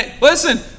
Listen